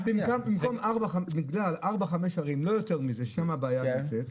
לקבוע ארבע חמש ערים לא יותר מזה שם הבעיה נמצאת.